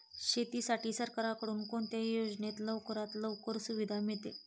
शेतीसाठी सरकारकडून कोणत्या योजनेत लवकरात लवकर सुविधा मिळते?